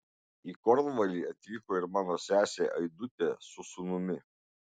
į kornvalį atvyko ir mano sesė aidutė su sūnumi